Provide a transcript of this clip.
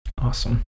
Awesome